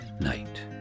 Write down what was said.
night